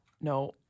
No